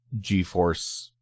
GeForce